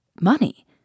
Money